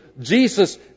Jesus